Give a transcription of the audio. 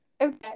Okay